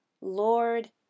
Lord